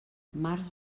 març